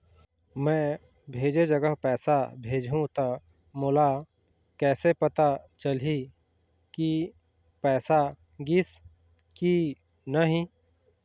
मैं भेजे जगह पैसा भेजहूं त मोला कैसे पता चलही की पैसा गिस कि नहीं?